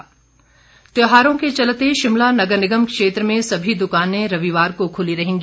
शिमला उपायुक्त त्यौहारों के चलते शिमला नगर निगम क्षेत्र में सभी दकाने रविवार को खुली रहेंगी